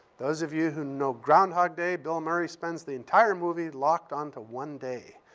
those of you who know groundhog day, bill murray spends the entire movie locked onto one day.